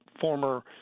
former